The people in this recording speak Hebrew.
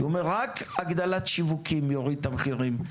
כשהוא אומר, רק הגדלת שיווקים תוריד את המחירים.